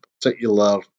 particular